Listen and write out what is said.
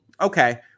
okay